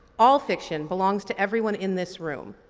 all fiction belongs to everyone in this room.